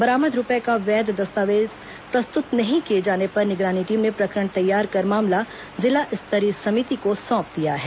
बरामद रूपये का वैध दस्तावेज प्रस्तुत नहीं किए जाने पर निगरानी टीम ने प्रकरण तैयार कर मामला जिला स्तरीय समिति को सौंप दिया है